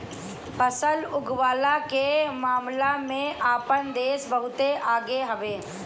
फसल उगवला के मामला में आपन देश बहुते आगे हवे